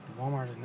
Walmart